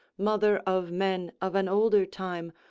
mother of men of an older time,